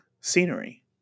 scenery